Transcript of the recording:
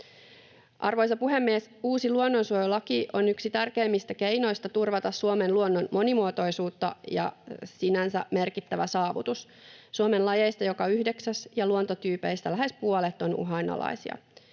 Arvoisa puhemies! Uusi luonnonsuojelulaki on yksi tärkeimmistä keinoista turvata Suomen luonnon monimuotoisuutta ja sinänsä merkittävä saavutus. Suomen lajeista joka yhdeksäs ja luontotyypeistä lähes puolet on uhanalaisia.